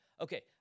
okay